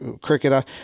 cricketer